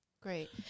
Great